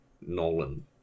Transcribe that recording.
nolan